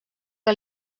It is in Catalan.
que